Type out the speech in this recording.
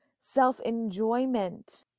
self-enjoyment